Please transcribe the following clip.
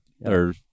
Or-